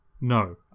No